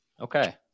okay